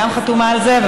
שגם חתומה על זה.